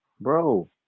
bro